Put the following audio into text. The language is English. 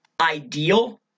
ideal